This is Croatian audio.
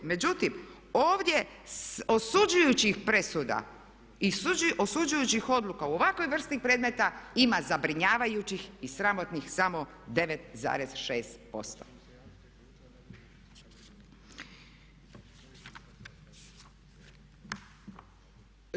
Međutim, ovdje osuđujućih presuda i osuđujućih odluka u ovakvoj vrsti predmeta ima zabrinjavajućih i sramotnih samo 9,6%